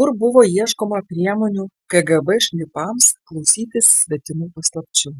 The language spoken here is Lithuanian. kur buvo ieškoma priemonių kgb šnipams klausytis svetimų paslapčių